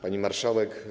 Pani Marszałek!